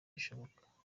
bishoboka